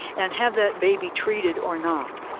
and have that baby treated or not.